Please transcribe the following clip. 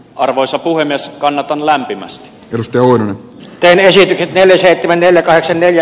arvoisa puhemies kannatan lämpimästi jos joudun tönäisi pölläsen kymmenellä taakse neljä